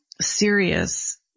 serious